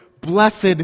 blessed